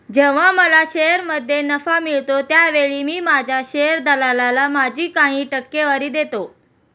जेव्हा मला शेअरमध्ये नफा मिळतो त्यावेळी मी माझ्या शेअर दलालाला माझी काही टक्केवारी देतो